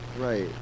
Right